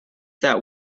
that